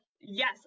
yes